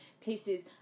places